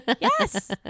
Yes